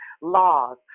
laws